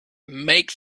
make